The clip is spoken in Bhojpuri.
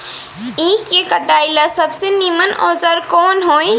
ईख के कटाई ला सबसे नीमन औजार कवन होई?